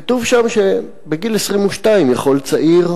כתוב שם שבגיל 22 יכול צעיר,